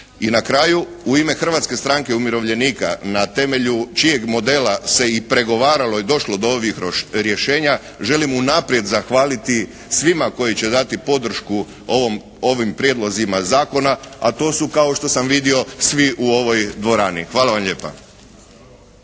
I na kraju, u ime Hrvatske stranke umirovljenika na temelju čijeg modela se i pregovaralo i došlo do ovih rješenja, želim unaprijed zahvaliti svima koji će dati podršku ovim prijedlozima zakona, a to su kao što sam vidio svi u ovoj dvorani. Hvala vam lijepa.